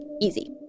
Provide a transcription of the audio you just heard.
easy